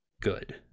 good